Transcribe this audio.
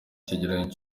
cyegeranyo